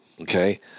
okay